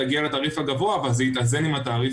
הוא יגיע לתעריף הגבוה אבל זה יתאזן עם התעריף